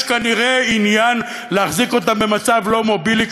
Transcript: יש כנראה עניין להחזיק אותן במצב לא מובילי,